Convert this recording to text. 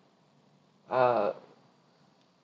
ah